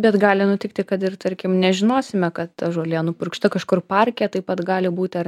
bet gali nutikti kad ir tarkim nežinosime kad žolė nupurkšta kažkur parke taip pat gali būti ar